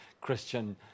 Christian